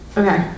okay